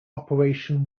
operation